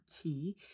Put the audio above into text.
key